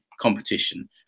competition